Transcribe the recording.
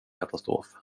katastrof